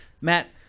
matt